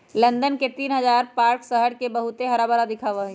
London के तीन हजार पार्क शहर के बहुत हराभरा दिखावा ही